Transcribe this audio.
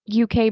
UK